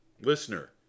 Listener